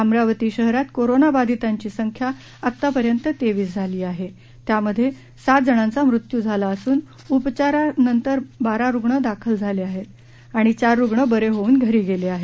अमरावती शहरात कोरोना बाधितांची संख्या आतापर्यंत तेवीस झाली आहे त्यामध्ये सात जणांचा मृत्यू झाला असून उपचारार्थ बारा रुग्ण दाखल आहेत आणि चार रुग्ण बरे होऊन घरी गेले आहेत